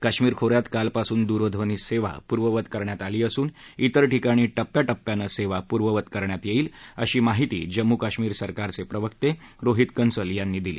काश्मीर खो यात कालपासून दूरध्वनी सेवा पूर्ववत करण्यात आली असून त्रि ठिकाणी टप्प्या टप्प्यानं सेवा पूर्ववत करण्यात येईल अशी माहिती जम्मू काश्मिर सरकारचे प्रवक्ते रोहित कंसल यांनी दिली